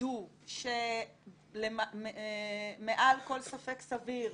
ווידוא מעל כל ספק סביר.